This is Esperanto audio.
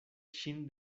ŝin